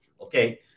Okay